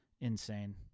Insane